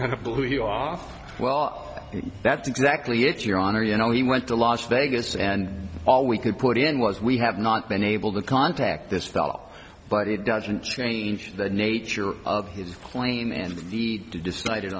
kind of blew you off well that's exactly it your honor you know he went to las vegas and all we could put in was we have not been able to contact this fellow but it doesn't change the nature of his